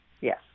Yes